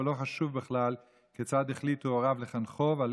ולא חשוב בכלל כיצד החליטו הוריו לחנכו ועל